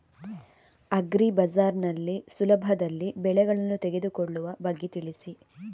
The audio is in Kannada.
ಅಗ್ರಿ ಬಜಾರ್ ನಲ್ಲಿ ಸುಲಭದಲ್ಲಿ ಬೆಳೆಗಳನ್ನು ತೆಗೆದುಕೊಳ್ಳುವ ಬಗ್ಗೆ ತಿಳಿಸಿ